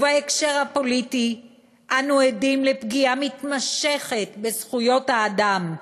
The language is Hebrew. ובהקשר הפוליטי אנו עדים לפגיעה מתמשכת בזכויות האדם,